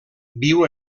viu